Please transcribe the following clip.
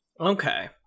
Okay